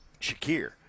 Shakir